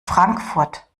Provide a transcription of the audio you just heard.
frankfurt